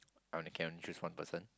I only can only choose one person